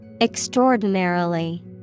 Extraordinarily